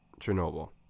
chernobyl